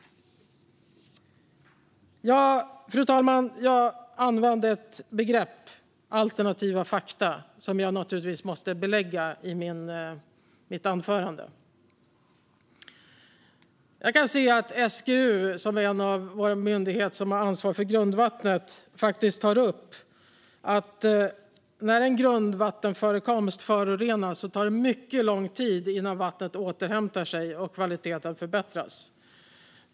Fru talman! Jag använde ett begrepp, alternativa fakta, som jag naturligtvis måste belägga i mitt anförande. Jag kan se att SGU, som är en av våra myndigheter som har ansvar för grundvattnet, tar upp att det när en grundvattenförekomst förorenas tar mycket lång tid innan vattnet återhämtar sig och kvaliteten förbättras.